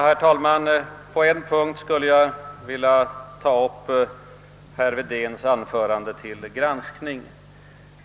Herr talman! På en punkt skulle jag vilja ta upp herr Wedéns anförande till granskning.